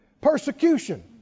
persecution